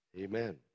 Amen